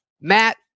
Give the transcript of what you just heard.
Matt